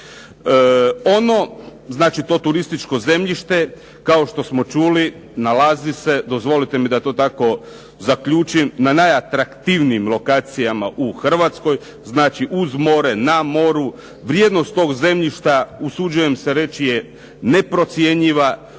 Ono, znači to turističko zemljište kao što smo čuli nalazi se dozvolite mi da to tako zaključim na najatraktivnijim lokacijama u Hrvatskoj, znači uz more, na moru. Vrijednost tog zemljišta usuđujem se reći je neprocjenjiva,